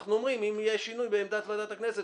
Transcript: אבל אנחנו אומרים שאם יהיה שינוי בעמדת ועדת הכנסת,